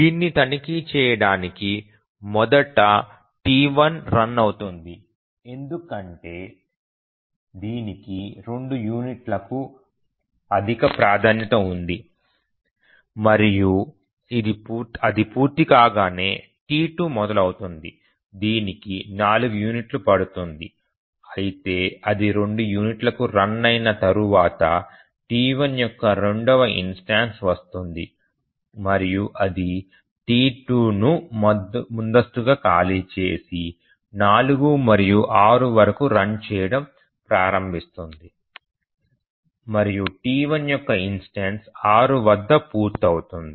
దీన్ని తనిఖీ చేయడానికి మొదటి T1 రన్ అవుతుంది ఎందుకంటే దీనికి 2 యూనిట్లకు అధిక ప్రాధాన్యత ఉంది మరియు అది పూర్తి కాగానే T2 మొదలవుతుంది దీనికి 4 యూనిట్లు పడుతుంది అయితే అది 2 యూనిట్లకు రన్ అయిన తరువాత T1 యొక్క రెండవ ఇన్స్టెన్సు వస్తుంది మరియు అది T2ను ముందస్తుగా ఖాళీ చేసి 4 నుండి 6 వరకు రన్ చేయడం ప్రారంభిస్తుంది మరియు T1 యొక్క ఇన్స్టెన్సు 6 వద్ద పూర్తవుతుంది